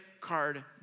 card